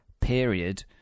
period